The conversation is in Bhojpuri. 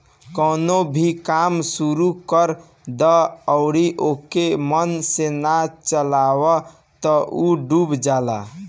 कवनो भी काम शुरू कर दअ अउरी ओके मन से ना चलावअ तअ उ डूब जाला